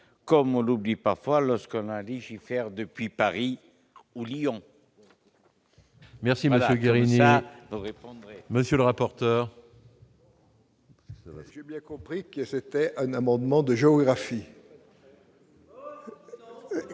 comme on l'oublie parfois, lorsqu'on a légifère offert depuis Paris ou Lyon. Merci Monsieur Guérini, monsieur le rapporteur. J'ai bien compris que c'était un amendement de géographie.